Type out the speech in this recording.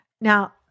Now